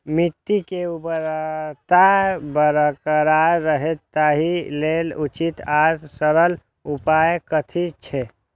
मिट्टी के उर्वरकता बरकरार रहे ताहि लेल उचित आर सरल उपाय कथी छे?